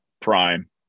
prime